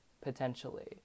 potentially